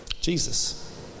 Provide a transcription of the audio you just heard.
Jesus